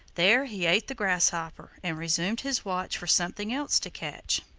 there he ate the grasshopper and resumed his watch for something else to catch.